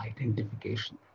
identification